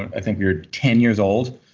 i think we were ten years old.